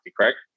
correct